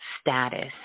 status